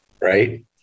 right